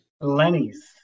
Lenny's